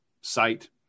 site